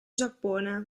giappone